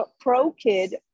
pro-kid